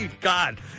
God